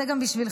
זה גם בשבילך,